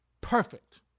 perfect